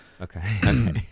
Okay